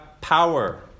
power